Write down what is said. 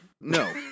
No